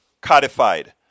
codified